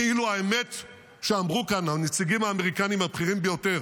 כאילו האמת שאמרו כאן הנציגים האמריקנים הבכירים ביותר,